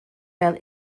fel